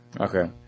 Okay